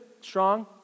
Strong